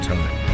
Time